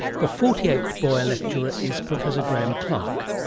the forty eighth boyer lecturer is professor graeme clark.